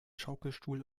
schaukelstuhl